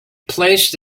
placed